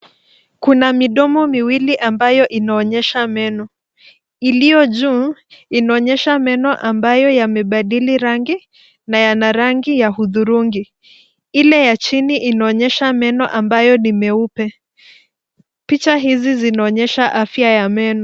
Kuna midomo miwili ambayo inaonyesha meno. Iliyo juu, inaonyesha meno ambayo yamebadili rangi na yana rangi ya hudhurungi. Ile ya chini inaonyesha meno ambayo ni meupe. Picha hizi zinaonyesha afya ya meno.